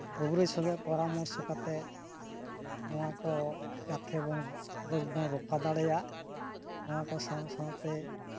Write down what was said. ᱠᱚᱵᱤᱨᱟᱹᱡ ᱥᱚᱸᱜᱮ ᱯᱚᱨᱟᱢᱚᱨᱥᱚ ᱠᱟᱛᱮ ᱱᱚᱣᱟ ᱠᱚ ᱡᱟᱛᱮ ᱵᱚᱱ ᱨᱳᱜᱽ ᱵᱚᱱ ᱨᱚᱯᱷᱟ ᱫᱟᱲᱮᱭᱟᱜ ᱱᱚᱣᱟ ᱠᱚ ᱥᱟᱶ ᱥᱟᱶᱛᱮ